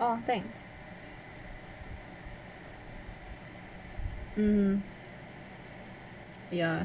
oh thanks mm ya